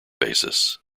basis